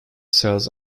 sells